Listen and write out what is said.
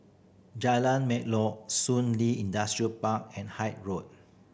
Jalan Melor Shun Li Industrial Park and Hythe Road